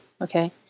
okay